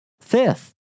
Fifth